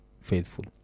faithful